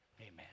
Amen